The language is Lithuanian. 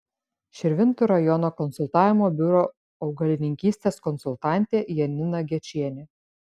širvintų rajono konsultavimo biuro augalininkystės konsultantė janina gečienė